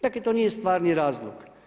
Dakle, to nije stvarni razlog.